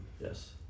Yes